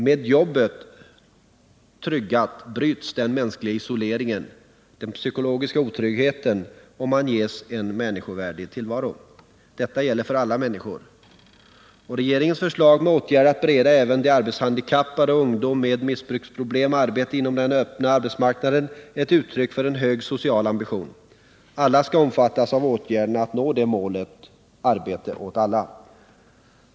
Med jobbet tryggat bryts den mänskliga isoleringen, den psykologiska otryggheten och man ges en människovärdig tillvaro. Detta gäller för alla människor. Regeringens förslag till åtgärder för att bereda även de arbetshandikappade och ungdom med missbruksproblem arbete inom den öppna arbetsmarknaden är ett uttryck för en hög social ambition. Alla skall omfattas av åtgärderna för att nå målet: arbete åt alla.